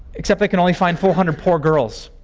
except they can only find four hundred poor girls